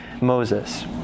Moses